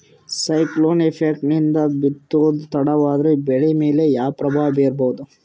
Cyclone effect ನಿಂದ ಬಿತ್ತೋದು ತಡವಾದರೂ ಬೆಳಿ ಮೇಲೆ ಏನು ಪ್ರಭಾವ ಬೀರಬಹುದು?